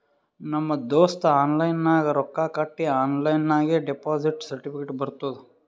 ನಮ್ ದೋಸ್ತ ಆನ್ಲೈನ್ ನಾಗ್ ರೊಕ್ಕಾ ಕಟ್ಟಿ ಆನ್ಲೈನ್ ನಾಗೆ ಡೆಪೋಸಿಟ್ ಸರ್ಟಿಫಿಕೇಟ್ ಬರ್ತುದ್